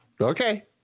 okay